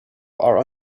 are